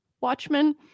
Watchmen